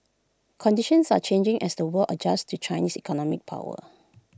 conditions are changing as the world adjusts to Chinese economic power